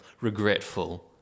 regretful